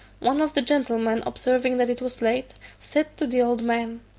one of the gentlemen observing that it was late, said to the old man,